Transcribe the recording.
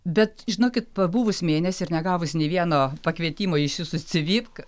bet žinokit pabuvus mėnesį ir negavus nė vieno pakvietimo į išsiųstus cv